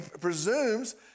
presumes